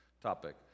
topic